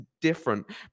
different